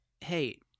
Hey